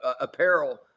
apparel